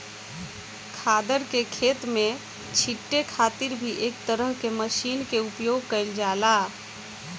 खादर के खेत में छींटे खातिर भी एक तरह के मशीन के उपयोग कईल जाला